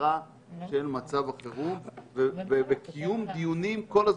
קצרה של מצב החירום ובקיום דיונים כל הזמן.